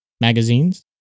magazines